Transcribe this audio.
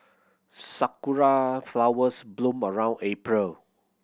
sakura flowers bloom around April